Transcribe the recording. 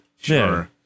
Sure